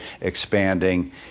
expanding